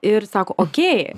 ir sako okei